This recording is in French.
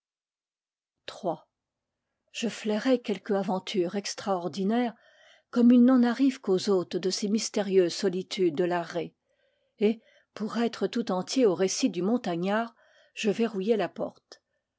je flairai quelque aventure extraordinaire comme il n'en arrive qu'aux hôtes de ces mystérieuses solitudes de l'arrée et pour être tout entier au récit du montagnard je verrouillai la porte